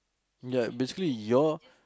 ya basically your